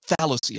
fallacy